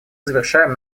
завершаем